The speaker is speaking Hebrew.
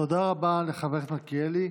תודה רבה לחבר הכנסת מלכיאלי.